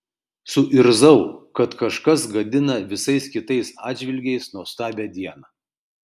suirzau kad kažkas gadina visais kitais atžvilgiais nuostabią dieną